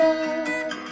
Love